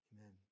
Amen